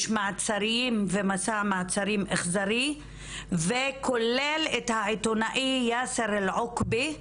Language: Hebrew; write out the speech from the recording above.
יש מעצרים ומסע מעצרים אכזרי וכולל את העיתונאי יאסר אל עוקבי,